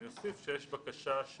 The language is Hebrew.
אני אוסיף ואומר שיש בקשה שקיבלנו